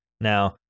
Now